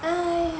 !aiya!